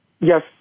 Yes